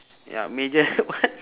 ya major what